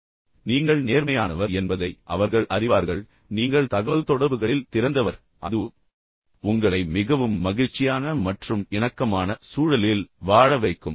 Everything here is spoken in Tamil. பின்னர் நீங்கள் நேர்மையானவர் என்பதை அவர்கள் அறிவார்கள் நீங்கள் தகவல்தொடர்புகளில் திறந்தவர் அது உண்மையில் உங்களை மிகவும் மகிழ்ச்சியான மற்றும் இணக்கமான சூழலில் வாழ வைக்கும்